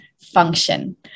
function